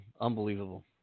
Unbelievable